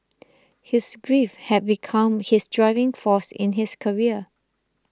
his grief had become his driving force in his career